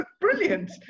brilliant